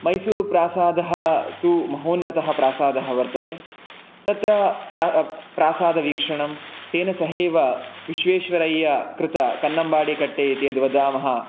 मैसूरुप्रासादः तु महोन्नतः प्रासादः वर्तते तत्र प्रासादवीक्षणं तेन सहैव विश्वेश्वरय्य कृत कन्नम्बाडिकट्टे इति यद्वदामः